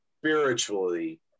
spiritually